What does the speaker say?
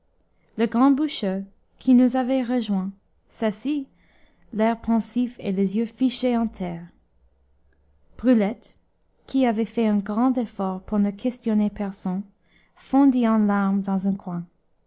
le grand bûcheux qui nous avait rejoint s'assit l'air pensif et les yeux fichés en terre brulette qui avait fait un grand effort pour ne questionner personne fondit en larmes dans un coin